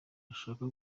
bashaka